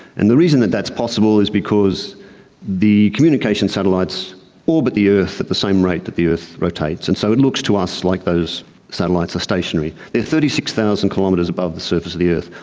and the reason that that's possible is because the communication satellites orbit the earth at the same rate that the earth rotates, and so it looks to us like those satellites are stationary. they are thirty six thousand kilometres above the surface of the earth,